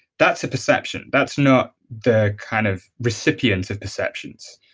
that's a perception. that's not the kind of recipient of perceptions,